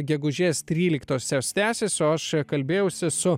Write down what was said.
gegužės tryliktosios tęsis o aš kalbėjausi su